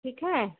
ठीक है